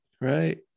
right